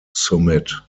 summit